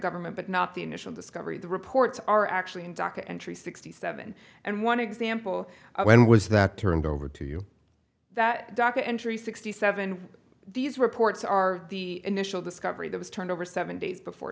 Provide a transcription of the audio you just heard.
government but not the initial discovery the reports are actually in dhaka entry sixty seven and one example when was that turned over to you that docket entry sixty seven these reports are the initial discovery that was turned over seven days before